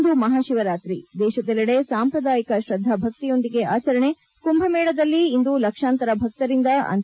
ಇಂದು ಮಹಾಶಿವರಾತ್ರಿ ದೇಶದಲ್ಲೆಡೆ ಸಾಂಪ್ರದಾಯಿಕ ಶ್ರದ್ದಾಭಕ್ತಿಯೊಂದಿಗೆ ಆಚರಣೆ ಕುಂಭಮೇಳದಲ್ಲಿ ಇಂದು ಲಕ್ಷಾಂತರ ಭಕ್ತರಿಂದ ಅಂತಿಮ ಮಣ್ಣಸ್ನಾನ